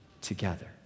together